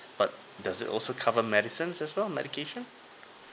but does it also cover medicines as well medication